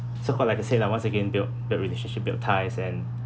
so-called like you said lah once again build the relationship build ties and